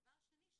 דבר שני,